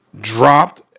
dropped